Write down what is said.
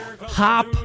Hop